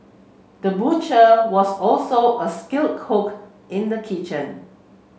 the butcher was also a skilled cook in the kitchen